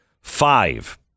Five